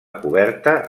coberta